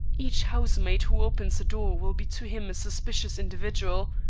each housemaid who opens a door will be to him a suspicious individual,